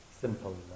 simple